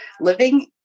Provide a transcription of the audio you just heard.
living